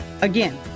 Again